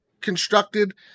constructed